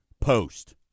post